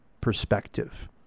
perspective